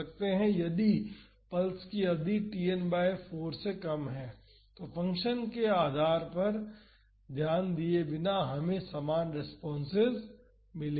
इसलिए यदि पल्स की अवधि Tn बाई 4 से कम है तो फंक्शन के आकार पर ध्यान दिए बिना हमें समान रेस्पॉन्सेस मिलेंगे